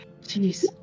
Jeez